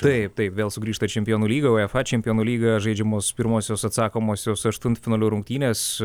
taip taip vėl sugrįžta čempionų lyga uefa čempionų lygoje žaidžiamos pirmosios atsakomosios aštuntfinalio rungtynės